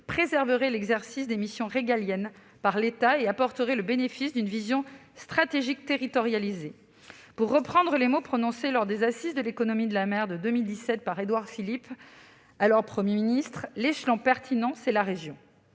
préserverait l'exercice des missions régaliennes par l'État et apporterait le bénéfice d'une vision stratégique territorialisée. Pour reprendre les mots prononcés lors des Assises de l'économie de la mer de 2017 par Édouard Philippe, alors Premier ministre :« L'échelon pertinent, c'est la région.